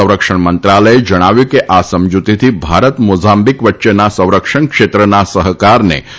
સંરક્ષણ મંત્રાલયે જણાવ્યું છે કે આ સમજૂતીથી ભારત મોઝાંબીક વચ્ચેના સંરક્ષણ ક્ષેત્રના સહકારને નવું બળ મળશે